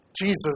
Jesus